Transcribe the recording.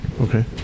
Okay